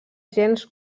gens